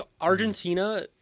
Argentina